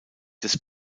des